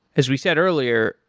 as we said earlier,